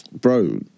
Bro